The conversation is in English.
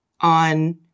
on